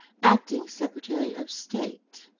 acting secretary of state.